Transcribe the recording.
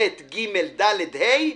ב', ג', ד', ה'